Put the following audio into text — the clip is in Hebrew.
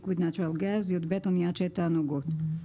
LIQUID NATURAL GAS. אניית שיט תענוגות.